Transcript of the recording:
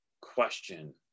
question